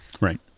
Right